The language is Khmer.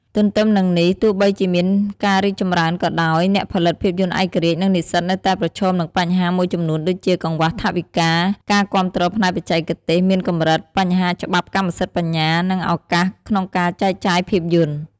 ទទ្ទឹមនឹងនេះ ទោះបីជាមានការរីកចម្រើនក៏ដោយ អ្នកផលិតភាពយន្តឯករាជ្យ និងនិស្សិតនៅតែប្រឈមនឹងបញ្ហាមួយចំនួនដូចជា កង្វះថវិកា ការគាំទ្រផ្នែកបច្ចេកទេសមានកម្រិត បញ្ហាច្បាប់កម្មសិទ្ធិបញ្ញា និងឱកាសក្នុងការចែកចាយភាពយន្ត។